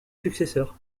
successeurs